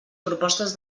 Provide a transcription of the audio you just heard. propostes